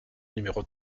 numéro